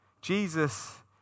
Jesus